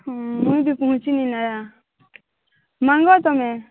ହୁଁ ମୁଁ ବି ପହଞ୍ଚିନି ନା ମାଗ ତମେ